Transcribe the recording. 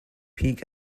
peak